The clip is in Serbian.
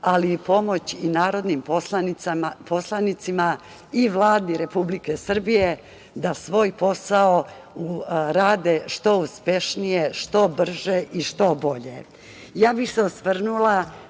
ali i pomoć i narodnim poslanicima i Vladi Republike Srbije da svoj posao rade što uspešnije, što brže i što bolje. Ja bih se osvrnula